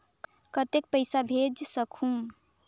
कतेक पइसा भेज सकहुं?